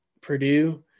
Purdue